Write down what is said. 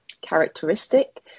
characteristic